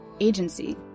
agency